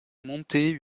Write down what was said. monter